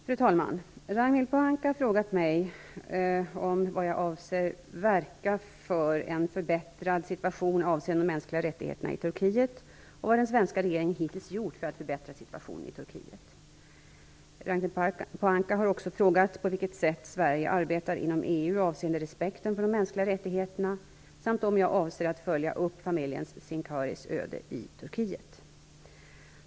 Fru talman! Ragnhild Pohanka har frågat mig om jag avser verka för en förbättrad situation avseende de mänskliga rättigheterna i Turkiet och vad den svenska regeringen hittills gjort för att förbättra situationen i Turkiet. Ragnhild Pohanka har också frågat på vilket sätt Sverige arbetar inom EU avseende respekten för de mänskliga rättigheterna samt om jag avser att följa upp familjen Sincaris öde i Turkiet.